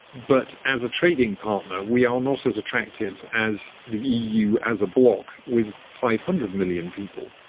but as a trading partner we are not as attractive as the eu as a block with five hundred million people.